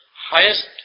highest